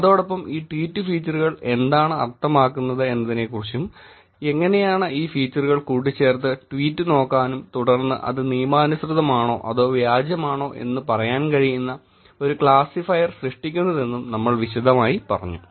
അതോടൊപ്പം ഈ ട്വീറ്റ് ഫീച്ചറുകൾ എന്താണ് അർത്ഥമാക്കുന്നത് എന്നതിനെക്കുറിച്ചും എങ്ങനെയാണ് ഈ ഫീച്ചറുകൾ കൂട്ടിച്ചേർത്ത് ട്വീറ്റ് നോക്കാനും തുടർന്ന് അത് നിയമാനുസൃതമാണോ അതോ വ്യാജമാണോ എന്ന് പറയാൻ കഴിയുന്ന ഒരു ക്ലാസിഫയർ സൃഷ്ടിക്കുന്നതെന്നും നമ്മൾ വിശദമായി പറഞ്ഞു